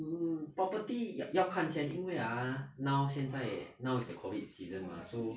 um property 要要看先因为 ah now 现在 now is the COVID season mah so